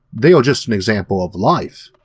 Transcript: they are just an example of life,